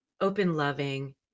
open-loving